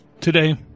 Today